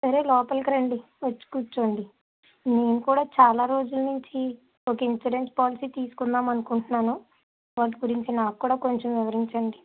సరే లోపలికి రండి వచ్చి కుర్చోండి మేము కూడా చాలా రోజుల నుంచి ఒక ఇన్సూరెన్స్ పోలసి తీసుకుందామనుకుంటున్నాను వాటి గురించి నాక్కూడా కొంచెం వివరించండి